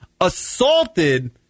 assaulted